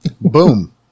Boom